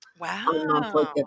Wow